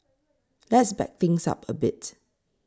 let's back things up a bit